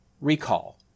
recall